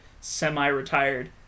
semi-retired